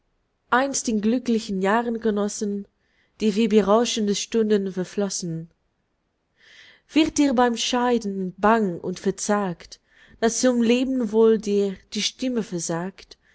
einst in glücklichen jahren genossen die wie berauschende stunden verflossen wird dir beim scheiden bang und verzagt daß zum lebwohl dir die stimme versagt